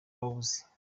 wabuze